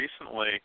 recently